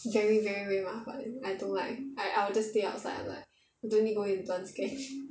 very very very 麻烦 I don't like I I'll just stay outside like I don't need go in I don't want scan